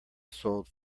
sold